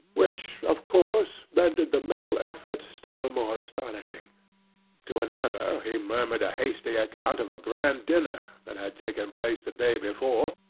which, of course, rendered the mental effort still more astonishing to another he murmured a hasty account of a grand dinner that had taken place the day before,